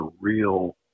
real